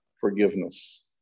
forgiveness